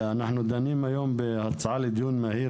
אנחנו דנים היום בהצעה לדיון מהיר